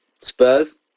Spurs